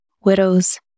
widows